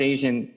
Asian